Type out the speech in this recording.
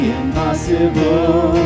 impossible